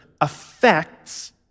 affects